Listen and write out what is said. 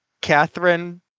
Catherine